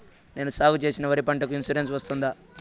నేను సాగు చేసిన వరి పంటకు ఇన్సూరెన్సు వస్తుందా?